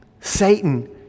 Satan